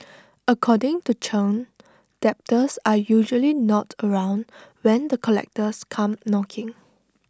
according to Chen debtors are usually not around when the collectors come knocking